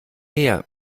meer